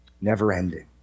never-ending